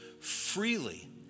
freely